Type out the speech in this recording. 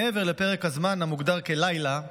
מעבר לפרק הזמן המוגדר "לילה"